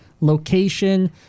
location